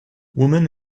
woman